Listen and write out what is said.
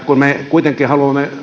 kun me kuitenkin haluamme